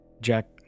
Jack